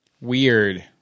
Weird